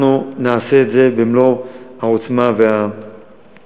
אנחנו נעשה את זה במלוא העוצמה והנחישות.